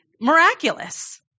miraculous